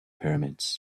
pyramids